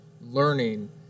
learning